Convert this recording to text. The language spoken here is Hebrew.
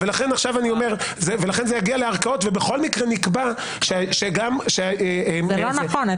לכן זה יגיע לערכאות ובכל מקרה נקבע שגם -- זה לא נכון,